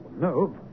no